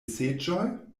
seĝoj